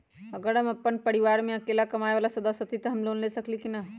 अगर हम अपन परिवार में अकेला कमाये वाला सदस्य हती त हम लोन ले सकेली की न?